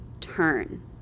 turn